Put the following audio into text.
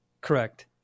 Correct